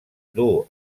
duu